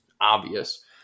obvious